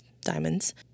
diamonds